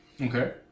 Okay